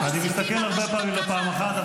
אני מסתכל הרבה פעמים על פעם אחת,